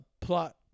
plot